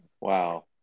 Wow